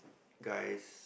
guys